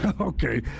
Okay